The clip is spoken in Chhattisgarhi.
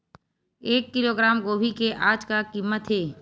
एक किलोग्राम गोभी के आज का कीमत हे?